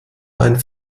ein